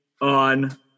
on